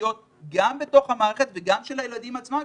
המחשוביות גם בתוך המערכת וגם של הילדים בעצמם,